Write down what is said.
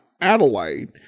Adelaide